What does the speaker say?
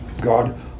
God